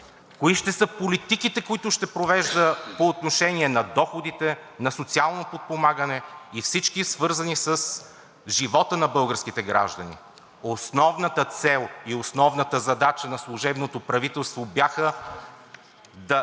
кои ще са политиките, които ще провежда по отношение на доходите, на социалното подпомагане и всичко, свързано с живота на българските граждани. Основната цел и основната задача на служебното правителство беше да